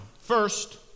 First